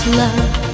love